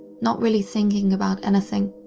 not really thinking about anything,